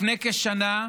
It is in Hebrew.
לפני כשנה,